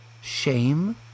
shame